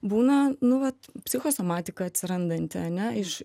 būna nu vat psichosomatika atsirandanti ane iš